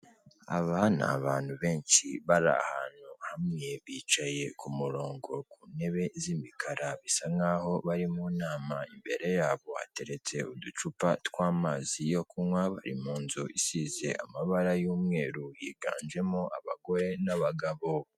Aba ni abantu benshi bari ahantu hamwe bicaye ku murongo ku ntebe z'imikara bisa nk'aho bari mu nama, imbere yabo hateretse uducupa tw'amazi yo kunywa bari mu nzu isize amabara y'umweru, higanjemo abagore n'abagabo.